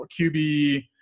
QB –